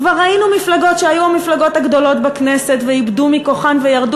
כבר ראינו מפלגות שהיו המפלגות הגדולות בכנסת ואיבדו מכוחן וירדו,